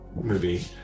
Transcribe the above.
movie